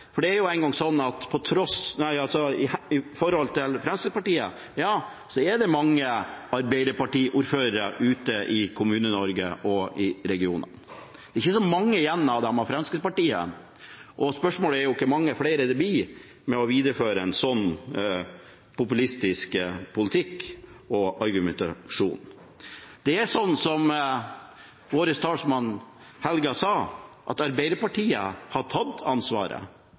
det. Det er jo engang sånn at i forhold til Fremskrittspartiet er det mange Arbeiderparti-ordførere ute i Kommune-Norge og i regionene. Det er ikke så mange igjen av dem fra Fremskrittspartiet, og spørsmålet er jo hvor mange flere det blir når man viderefører en sånn populistisk politikk og argumentasjon. Det er som vår talsmann Helga Pedersen sa, at Arbeiderpartiet har tatt ansvaret.